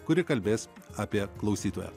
kuri kalbės apie klausytoją